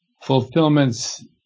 fulfillments